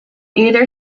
either